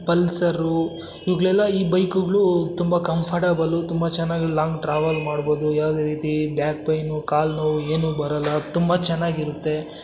Pulsar ಇವುಗಳೆಲ್ಲ ಈ ಬೈಕುಗಳು ತುಂಬ ಕಂಫರ್ಟಬಲು ತುಂಬ ಚೆನ್ನಾಗಿ ಲಾಂಗ್ ಟ್ರಾವೆಲ್ ಮಾಡ್ಬೋದು ಯಾವುದೇ ರೀತಿ ಬ್ಯಾಕ್ ಪೆಯ್ನು ಕಾಲು ನೋವು ಏನು ಬರಲ್ಲ ತುಂಬ ಚೆನ್ನಾಗಿರುತ್ತೆ